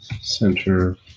Center